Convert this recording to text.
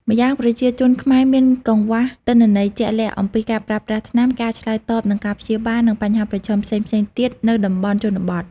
ម្យ៉ាងប្រជាជនខ្មែរមានកង្វះទិន្នន័យជាក់លាក់អំពីការប្រើប្រាស់ថ្នាំ ការឆ្លើយតបនឹងការព្យាបាល និងបញ្ហាប្រឈមផ្សេងៗទៀតនៅតំបន់ជនបទ ។